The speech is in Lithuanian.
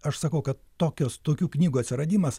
aš sakau kad tokios tokių knygų atsiradimas